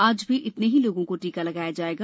आज भी इतने ही लोगों को टीका लगाया जाएगा